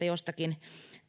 jostakin sieltä